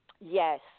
Yes